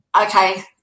Okay